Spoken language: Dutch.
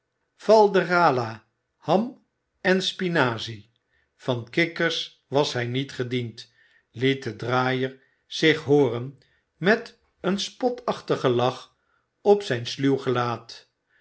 falderala ham en spinazie van kikkers was hij niet gediend liet de draaier zich hooren met een spotachtigen lach op zijn sluw gelaat